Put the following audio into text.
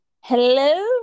Hello